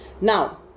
Now